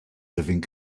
living